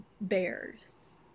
bears